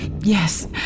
Yes